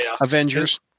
Avengers